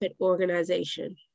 organization